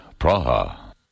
Praha